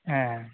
ᱦᱮᱸᱻ